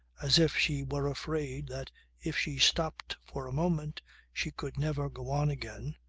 as if she were afraid that if she stopped for a moment she could never go on again,